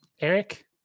Eric